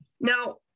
Now